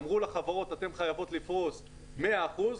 אמרו לחברות שהן חייבות לפרוס 100 אחוזים,